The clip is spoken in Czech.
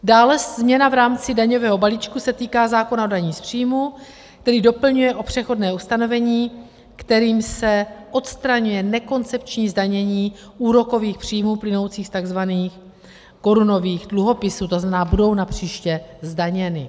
Dále změna v rámci daňového balíčku se týká zákona o dani z příjmů, který jej doplňuje o přechodné ustanovení, kterým se odstraňuje nekoncepční zdanění úrokových příjmů plynoucích z tzv. korunových dluhopisů, to znamená, budou napříště zdaněny.